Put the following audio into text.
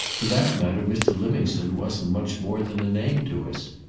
for that matter mr. livingstone wasn't much more than a name to us.